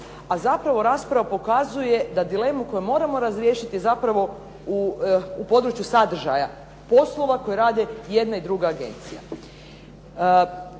a zapravo rasprava pokazuje da dilemu koju moramo razriješiti u području sadržaja poslova koje rade i jedna i druga agencija.